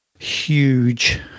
huge